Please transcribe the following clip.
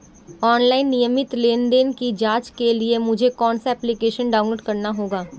Online नियमित लेनदेन की जांच के लिए मुझे कौनसा एप्लिकेशन डाउनलोड करना होगा?